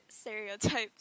stereotypes